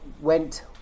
went